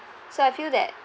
so I feel that